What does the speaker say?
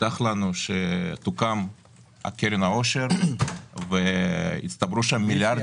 הובטח לנו שתוקם קרן העושר ושהצטברו שם מיליארדי